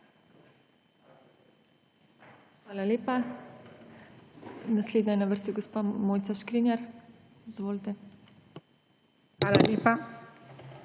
Hvala lepa.